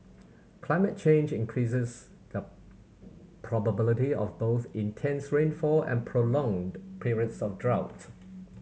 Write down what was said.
climate change increases the probability of both intense rainfall and prolonged periods of drought